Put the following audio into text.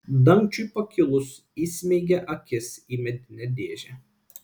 dangčiui pakilus įsmeigė akis į medinę dėžę